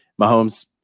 Mahomes